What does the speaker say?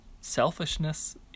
Selfishness